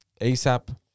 ASAP